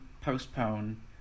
postpone